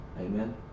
Amen